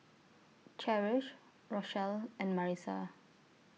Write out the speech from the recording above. Cherish Rochelle and Marissa